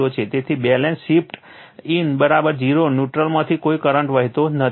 તેથી balance shift in 0 ન્યુટ્રલમાંથી કોઈ કરંટ વહેતો નથી